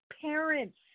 parents